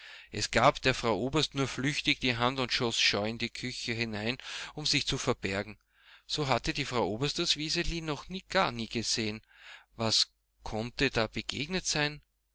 es gab der frau oberst nur flüchtig die hand und schoß scheu in die küche hinein um sich zu verbergen so hatte die frau oberst das wiseli noch gar nie gesehen was konnte da begegnet sein